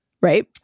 Right